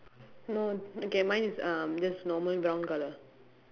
no okay mine is um just normal brown colour